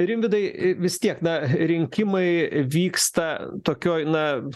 rimvydai vis tiek na rinkimai vyksta tokioj na